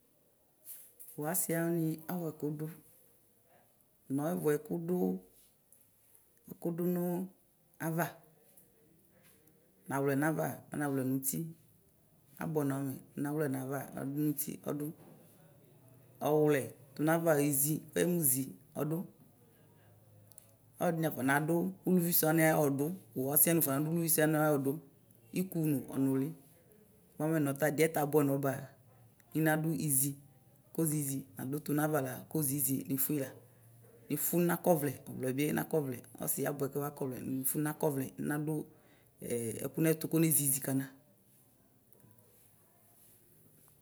Klasi wani awʋ ɛkʋdʋ mʋ abʋɛ kʋdʋnʋ ava nawlɛ nava mɛ nawlɛ nʋti abʋɛnɔ amɛ, nawlɛ nava nawlɛ nʋti ɔdʋ ɔwlɛ tʋnʋ ava bezi ɔdʋ ɔlɔdini afɔnadu ʋlʋvisʋ wani ayʋ ɔdʋ wʋ ɔsiwani wʋaɖɔnadʋ ʋlovisʋ wani ɔdʋ ikʋ nʋ ɔnʋli bʋamɛ nɔta ɛdiɛ abʋɛnɔ ba nʋ ninadʋ izi kɔziizi nadʋ tʋnʋ avala kɔziizi niƒui la nifʋ ninakɔ ɔvlɛ nadʋ ɛko nɛtu kɔne ziizi kana.